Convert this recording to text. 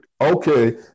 Okay